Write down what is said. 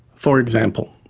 for example,